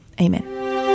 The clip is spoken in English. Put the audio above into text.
Amen